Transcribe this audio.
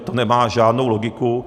To nemá žádnou logiku.